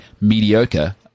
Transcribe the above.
mediocre